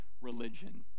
religion